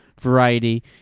variety